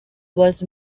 was